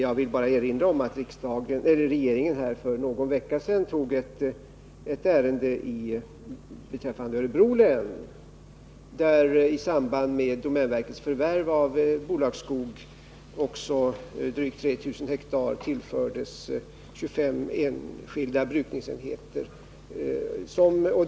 Jag vill bara erinra om att regeringen för någon vecka sedan behandlade ett ärende från Örebro län, där i samband med domänverkets förvärv av bolagsskog också drygt 3 000 hektar tillfördes 25 enskilda brukningsenheter.